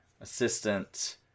assistant